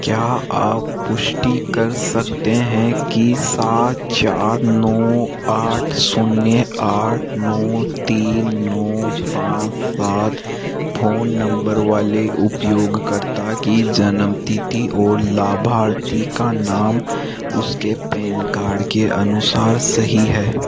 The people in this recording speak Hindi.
क्या आप पुष्टि कर सकते हैं कि सात चार नौ आठ शून्य आठ नौ तीन नौ पाँच सात फोन नंबर वाले उपयोगकर्ता की जन्म तिथि और लाभार्थी का नाम उसके पैन कार्ड के अनुसार सही है